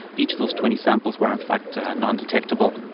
each of those twenty samples were in fact ah and non-detectable.